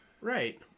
right